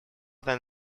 than